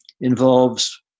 involves